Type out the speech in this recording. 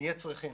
נהיה צריכים